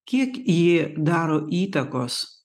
kiek ji daro įtakos